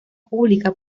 pública